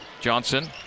Johnson